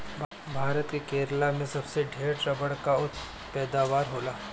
भारत के केरल में सबसे ढेर रबड़ कअ पैदावार होला